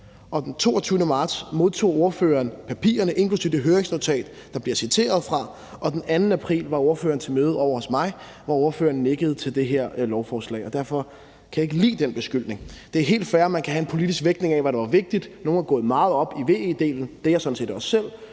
Den 22. marts modtog ordførerne papirerne, inklusive det høringsnotat, der bliver citeret fra, og den 2. april var ordføreren til møde ovre hos mig, hvor ordføreren nikkede til det her lovforslag, og derfor kan jeg ikke lide den beskyldning. Det er helt fair, at man kan have haft en politisk vægtning af, hvad der var vigtigt. Nogle har gået meget op i VE-delen – det har jeg sådan set også selv